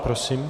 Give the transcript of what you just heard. Prosím.